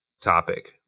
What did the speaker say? topic